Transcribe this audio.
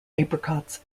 apricots